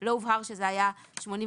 לא הובהר שזה היה 85/15,